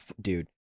dude